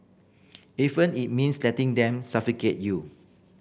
even it means letting them suffocate you